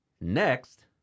Next